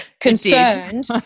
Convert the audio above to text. concerned